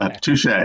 Touche